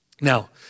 Now